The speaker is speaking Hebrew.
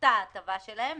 פחתה ההטבה שלהם.